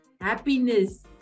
happiness